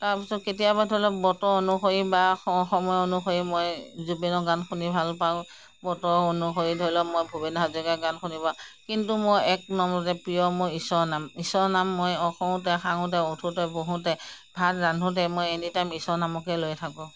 তাৰপিছত কেতিয়াবা ধৰি লওঁক বতৰ অনুসৰি বা স সময় অনুসৰি মই জুবিনৰ গান শুনি ভালপাওঁ বতৰ অনুসৰি ধৰি লওঁক মই ভূপেন হাজৰিকাৰ গান শুনি বা কিন্তু মই এক নম্বৰতে প্ৰিয় মোৰ ঈশ্বৰৰ নাম ঈশ্বৰৰ নাম মই শুওঁতে খাওঁতে উঠোঁতে বহোঁতে ভাত ৰান্ধোঁতে মই এনিটাইম ঈশ্বৰৰ নামকেই লৈ থাকোঁ